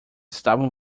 estavam